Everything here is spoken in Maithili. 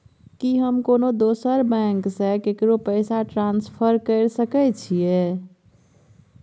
की हम कोनो दोसर बैंक से केकरो पैसा ट्रांसफर कैर सकय छियै?